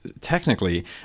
technically